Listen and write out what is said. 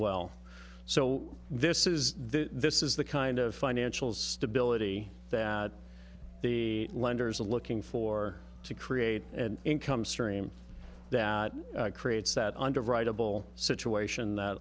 well so this is this is the kind of financial stability that the lenders are looking for to create an income stream that creates that under rideable situation that